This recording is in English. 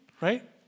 right